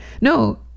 No